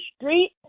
street